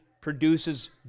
produces